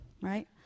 Right